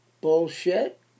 bullshit